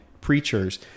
preachers